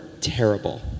terrible